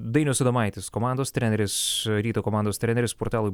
dainius adomaitis komandos treneris ryto komandos treneris portalui